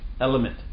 element